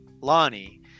Lonnie